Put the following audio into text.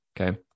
Okay